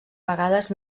vegades